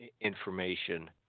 information